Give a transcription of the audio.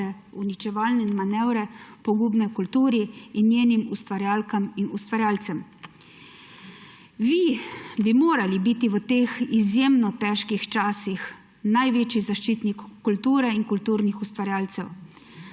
uničevalne manevre, pogubne kulturi in njenim ustvarjalkam in ustvarjalcem. Vi bi morali biti v teh izjemno težkih časih največji zaščitnik kulture in kulturnih ustvarjalcev.